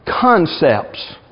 concepts